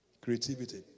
Creativity